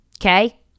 Okay